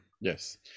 Yes